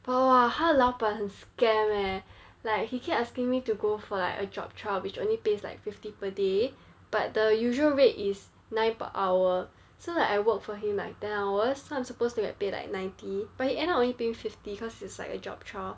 but !wah! 他的老板很 scam eh like he kept asking me to go for like a job trial which only pays like fifty per day but the usual rate is nine per hour so like I work for him like ten hours so I'm supposed to get paid like ninety but he end only paid me fifty cause it's like a job trial